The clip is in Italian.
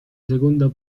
seconda